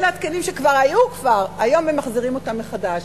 אלה התקנים שהיו כבר, היום הם מחזירים אותם מחדש.